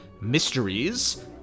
Mysteries